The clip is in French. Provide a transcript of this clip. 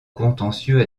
contentieux